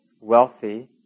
wealthy